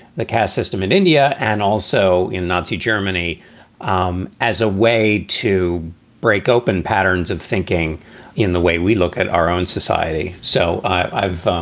the caste system in india and also in nazi germany um as a way to break open patterns of thinking in the way we look at our own society. so i've